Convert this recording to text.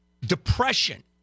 Depression